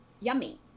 yummy